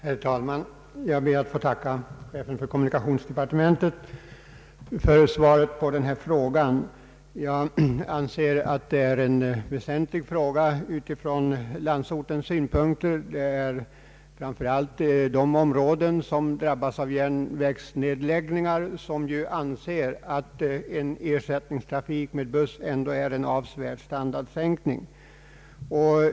Herr talman! Jag ber att få tacka chefen för kommunikationsdepartementet för svaret på min fråga. Jag anser att frågan är väsentlig för befolkningen på landsbygden. I de områden som drabbas av järnvägsnedläggningar anses ersättningstrafik med buss ändå vara en avsevärd standardsänkning.